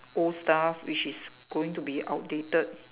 old stuff which is going to be outdated